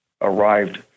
arrived